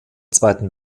zweiten